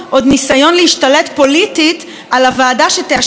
פוליטית על הוועדה שתאשר את המינויים הבאים.